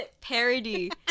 parody